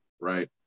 right